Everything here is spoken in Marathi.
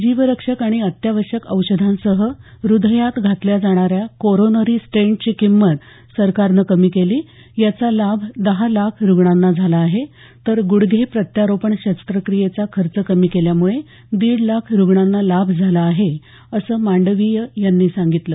जीवरक्षक आणि अत्यावश्यक औषधांसह हृदयात घातल्या जाणाऱ्या कोरोनरी स्टेन्टची किंमतही सरकारनं कमी केली याचा लाभ दहा लाख रुग्णांना झाला आहे तर गुडघे प्रत्यारोपण शस्त्रक्रियेचा खर्च कमी केल्यामुळे दीड लाख रुग्णांना लाभ झाला आहे असं मांडवीय यांनी सांगितलं